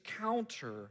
counter